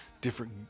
different